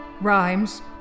Rhymes